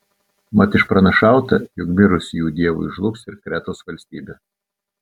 mat išpranašauta jog mirus jų dievui žlugs ir kretos valstybė